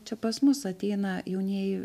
čia pas mus ateina jaunieji